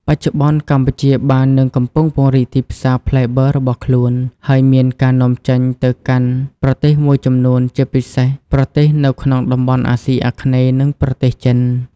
បច្ចុប្បន្ន កម្ពុជាបាននឹងកំពុងពង្រីកទីផ្សារផ្លែបឺររបស់ខ្លួន ហើយមានការនាំចេញទៅកាន់ប្រទេសមួយចំនួន ជាពិសេសប្រទេសនៅក្នុងតំបន់អាស៊ីអាគ្នេយ៍ និងប្រទេសចិន។